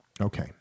Okay